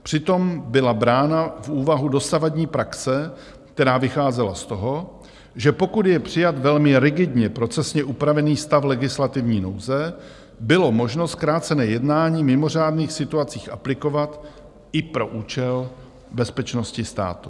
Přitom byla brána v úvahu dosavadní praxe, která vycházela z toho, že pokud je přijat velmi rigidně procesně upravený stav legislativní nouze, bylo možno zkrácené jednání v mimořádných situacích aplikovat i pro účel bezpečnosti státu.